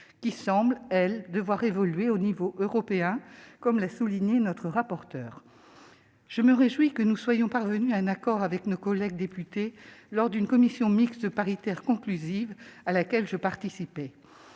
qui semble, elle, devoir évoluer au niveau européen, comme l'a souligné notre rapporteur. Je me réjouis que nous soyons parvenus à un accord avec les députés, lors d'une commission mixte paritaire conclusive à laquelle j'ai participé.